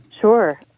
Sure